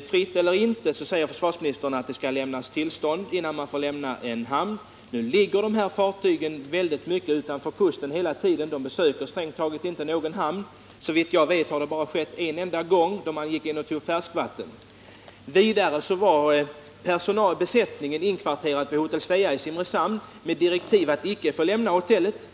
fritt eller inte säger försvarsministern att de måste ha tillstånd, innan de får lämna hamn. Fartygen ligger emellertid mestadels utanför kusten. De besöker strängt taget inte någon hamn. Såvitt jag vet har det bara skett en enda gång, då de gick in för att hämta färskvatten. Vidare var besättningen inkvarterad på hotell Svea i Simrishamn med direktiv att icke lämna hotellet.